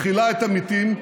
מכילה את המתים,